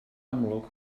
amlwg